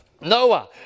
Noah